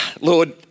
Lord